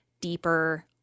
deeper